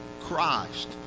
Christ